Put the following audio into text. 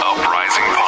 Uprising